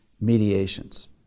mediations